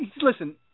Listen